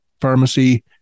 pharmacy